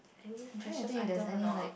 any precious item or not